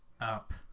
up